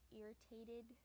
irritated